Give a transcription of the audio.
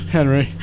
Henry